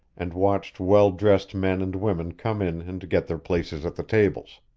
and watched well-dressed men and women come in and get their places at the tables.